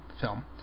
film